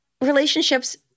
relationships